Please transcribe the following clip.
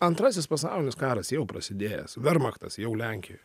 antrasis pasaulinis karas jau prasidėjęs vermachtas jau lenkijoj